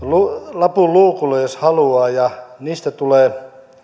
lapun luukulle jos haluaa ja ne